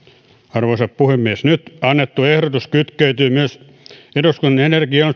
arvoisa puhemies nyt annettu ehdotus kytkeytyy myös eduskunnan energia